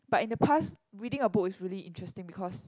but in the past reading a book is really interesting because